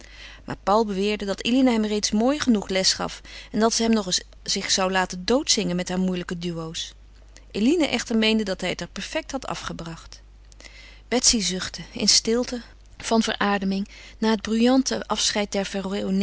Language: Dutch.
maar paul beweerde dat eline hem reeds mooi genoeg les gaf en dat ze hem nog eens zich zou laten doodzingen met hare moeilijke duo's eline echter meende dat hij het er perfect had afgebracht betsy zuchtte in stilte van verademing na het bruyante afscheid